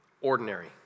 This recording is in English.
ordinary